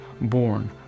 born